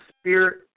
Spirit